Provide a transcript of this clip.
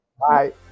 bye